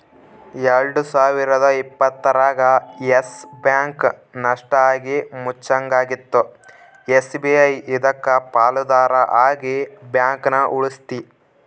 ಎಲ್ಡು ಸಾವಿರದ ಇಪ್ಪತ್ತರಾಗ ಯಸ್ ಬ್ಯಾಂಕ್ ನಷ್ಟ ಆಗಿ ಮುಚ್ಚಂಗಾಗಿತ್ತು ಎಸ್.ಬಿ.ಐ ಇದಕ್ಕ ಪಾಲುದಾರ ಆಗಿ ಬ್ಯಾಂಕನ ಉಳಿಸ್ತಿ